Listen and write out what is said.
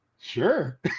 sure